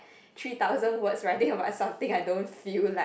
three thousand words writing about something I don't feel like